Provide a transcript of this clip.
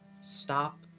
stop